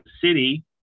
City